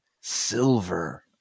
silver